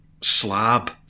slab